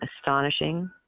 astonishing